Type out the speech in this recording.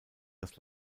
das